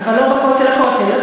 אבל לא בכותל הכותל.